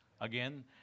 Again